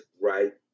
right